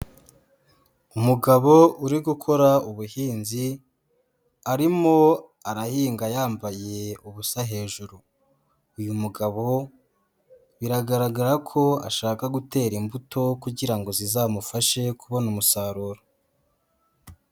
Umugabo uri gukora ubuhinzi arimo arahinga yambaye ubusa hejuru. Uyu mugabo biragaragara ko ashaka gutera imbuto kugirango zizamufashe kubona umusaruro.